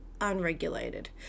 unregulated